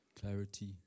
clarity